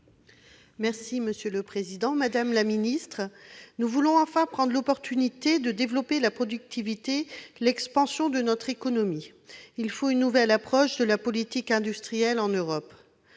je vous livre deux citations :« Nous voulons enfin prendre l'opportunité de développer la productivité, l'expansion de notre économie. »« Il faut une nouvelle approche de la politique industrielle en Europe.